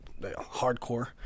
hardcore